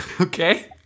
Okay